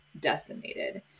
decimated